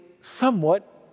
somewhat